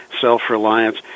self-reliance